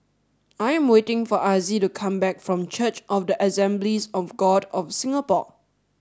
I am waiting for Azzie to come back from Church of the Assemblies of God of Singapore